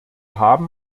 haben